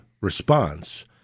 response